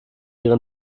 ihren